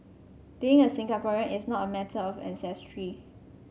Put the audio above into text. being a Singaporean is not a matter of ancestry